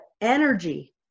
energy